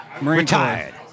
retired